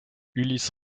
ulysse